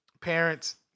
Parents